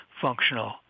functional